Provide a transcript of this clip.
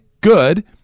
good